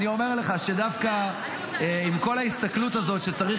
אני אומר לך שדווקא עם כל ההסתכלות שצריך